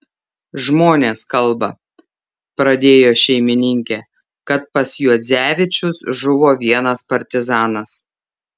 žmonės kalba pradėjo šeimininkė kad pas juodzevičius žuvo vienas partizanas